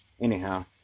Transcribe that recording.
Anyhow